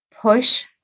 push